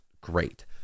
great